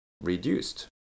reduced